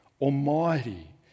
Almighty